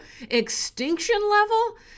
extinction-level